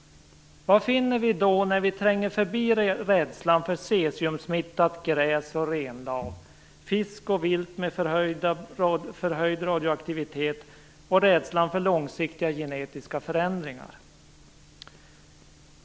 Vad finner vi då när vi tränger förbi rädslan för cesiumsmittat gräs och renlav, fisk och vilt med förhöjd radioaktivitet och rädslan för långsiktiga genetiska förändringar?